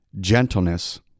gentleness